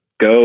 go